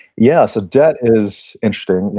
yeah, so debt is interesting.